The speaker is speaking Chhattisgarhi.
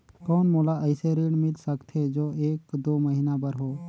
कौन मोला अइसे ऋण मिल सकथे जो एक दो महीना बर हो?